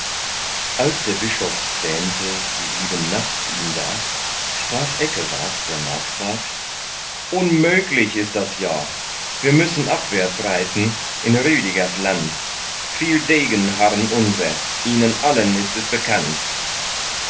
als der bischof wähnte sie blieben nachts ihm da sprach eckewart der markgraf unmöglich ist das ja wir müssen abwärts reiten in rüdigers land viel degen harren unser ihnen allen ist es bekannt